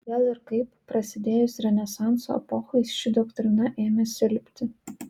kodėl ir kaip prasidėjus renesanso epochai ši doktrina ėmė silpti